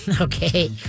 Okay